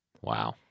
Wow